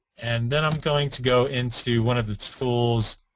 and then i'm going to go into one of the tools